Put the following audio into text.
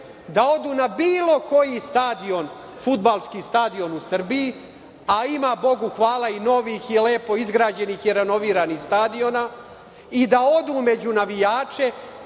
da odu na bilo koji stadion, fudbalski stadion u Srbiji, a ima Bogu hvala i novih i lepo izgrađenih i renoviranih stadiona i da odu među navijače